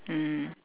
mm